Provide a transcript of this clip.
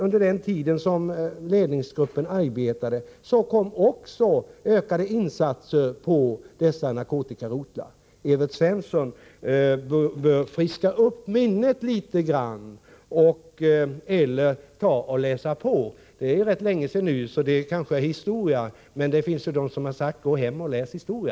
Under den tid som ledningsgruppen arbetade kom också ökade insatser på narkotikarotlarna. Evert Svensson bör friska upp minnet litet och läsa på. Det är rätt länge sedan nu, så det kanske är historia, men det finns ju de som har sagt: Gå hem och läs historia.